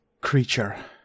creature